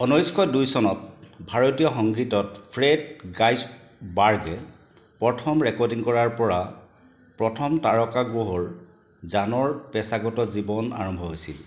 ঊনৈছশ দুই চনত ভাৰতীয় সংগীতত ফ্ৰেড গাইচবাৰ্গে প্ৰথম ৰেকৰ্ডিং কৰাৰ পৰা প্ৰথম তাৰকা গৌহৰ জানৰ পেচাগত জীৱন আৰম্ভ হৈছিল